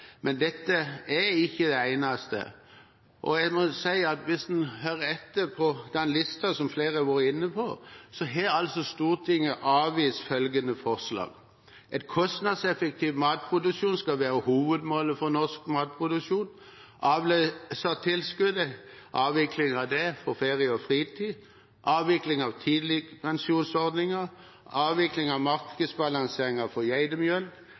Men dette er ikke det eneste, og hvis en ser på den lista som flere har vært inne på, har altså Stortinget avvist følgende forslag: en kostnadseffektiv matproduksjon skal være hovedmålet for norsk matproduksjon avvikling av avløsertilskuddet, for ferie og fritid avvikling av tidligpensjonsordningen avvikling av markedsbalanseringen for